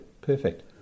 perfect